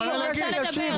היא רוצה לומר.